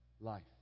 life